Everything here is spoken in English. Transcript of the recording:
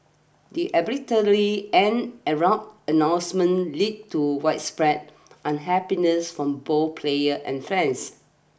the arbitrary and abrupt announcement lead to widespread unhappiness from both player and friends